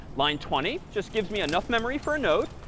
line twenty just gives me enough memory for a node.